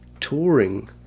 touring